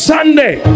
Sunday